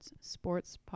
sports